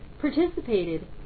participated